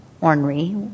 ornery